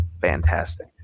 fantastic